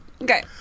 Okay